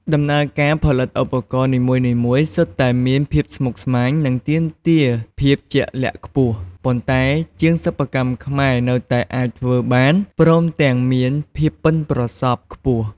ដំណើរការផលិតឧបករណ៍នីមួយៗសុទ្ធតែមានភាពស្មុគស្មាញ និងទាមទារភាពជាក់លាក់ខ្ពស់ ប៉ុន្តែជាងសិប្បកម្មខ្មែរនៅតែអាចធ្វើបាន ព្រមទាំងមានភាពបុិនប្រសប់ខ្ពស់។